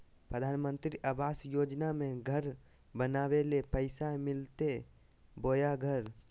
प्रधानमंत्री आवास योजना में घर बनावे ले पैसा मिलते बोया घर?